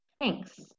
thanks